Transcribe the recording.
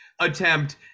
attempt